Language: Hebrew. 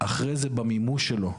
אחרי זה במימוש שלו,